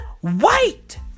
white